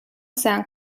sound